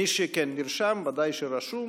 מי שכן נרשם, ודאי שרשום.